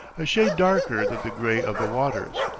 a shade darker than the gray of the waters.